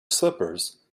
slippers